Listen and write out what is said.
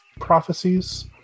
prophecies